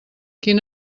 quin